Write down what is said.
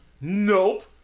Nope